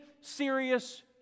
serious